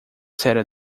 séria